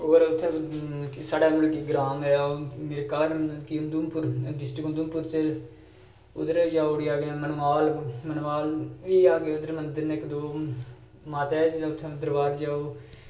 होर उत्थें साढ़े इक मतलब साढ़ै ग्रांऽ गै घर कि उधमपुर डिस्ट्रिक्ट उधमपुर च उद्धर जाई ओड़ी अग्गें मनवाल मनवाल उद्धर मंदिर न इक दो माता दे जाओ उत्थें दरबार जाओ